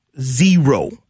Zero